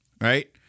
Right